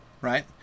right